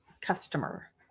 customer